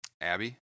Abby